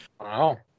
Wow